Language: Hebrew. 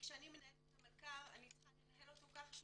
כשאני מנהלת את המלכ"ר אני צריכה לנהל אותו כך שהוא